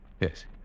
Yes